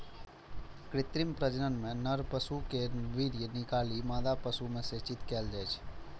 कृत्रिम प्रजनन मे नर पशु केर वीर्य निकालि मादा पशु मे सेचित कैल जाइ छै